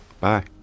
bye